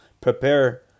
Prepare